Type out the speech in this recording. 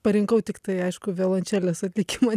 parinkau tiktai aišku violončelės atlikimą